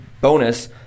bonus